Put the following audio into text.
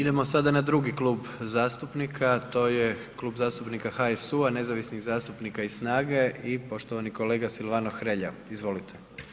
Idemo sada na drugi klub zastupnika, to je Klub zastupnika HSU-a, nezavisnih zastupnika i SNAGA-e i poštovani kolega Silvano Hrelja, izvolite.